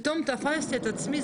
פתאום תפסתי את עצמי,